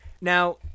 Now